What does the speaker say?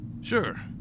sure